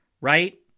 Right